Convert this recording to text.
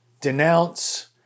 denounce